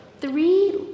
three